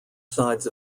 sides